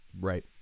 Right